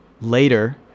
later